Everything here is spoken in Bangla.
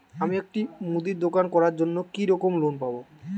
আমি একটি মুদির দোকান করার জন্য কি রকম লোন পাব?